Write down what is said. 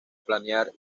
planear